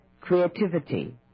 creativity